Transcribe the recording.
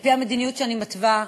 על-פי המדיניות שאני מתווה,